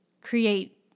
create